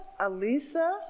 Alisa